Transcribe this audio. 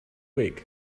week